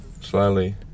slowly